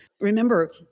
remember